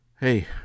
hey